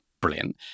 Brilliant